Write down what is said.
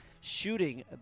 shooting